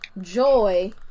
Joy